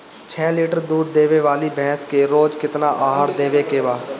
छह लीटर दूध देवे वाली भैंस के रोज केतना आहार देवे के बा?